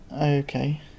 Okay